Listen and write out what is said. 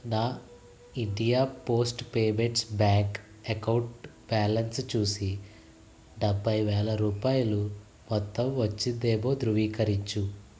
నా India post payments bank account balance చూసి డెబ్బై వేల రూపాయలు మొత్తం వచ్చిందేమో ధృవీకరించు